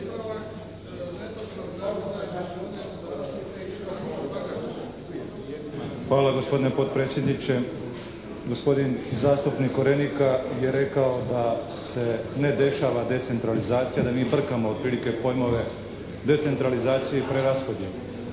Hvala gospodine potpredsjedniče. Gospodin zastupnik Korenika je rekao da se ne dešava decentralizacija, da mi brkamo otprilike pojmove decentralizacije i preraspodjele.